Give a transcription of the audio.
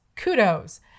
kudos